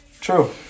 True